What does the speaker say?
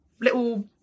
little